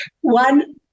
one